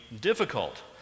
difficult